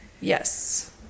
Yes